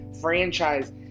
franchise